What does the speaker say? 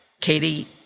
Katie